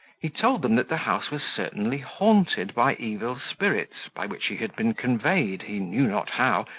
he told them that the house was certainly haunted by evil spirits, by which he had been conveyed, he knew not how,